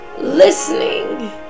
Listening